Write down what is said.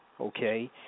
okay